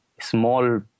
small